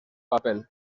papel